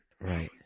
Right